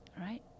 Right